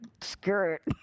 skirt